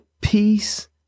peace